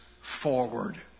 forward